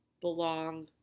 belong